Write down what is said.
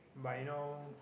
but you know